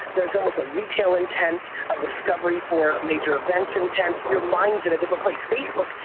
there's almost a retail intent, a discovery for major events intent. your mind's in a different place. facebook,